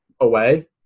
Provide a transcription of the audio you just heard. away